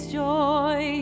joy